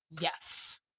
Yes